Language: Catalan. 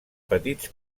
petits